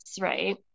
right